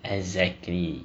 exactly